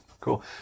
Cool